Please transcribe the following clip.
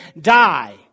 die